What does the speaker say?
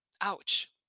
Ouch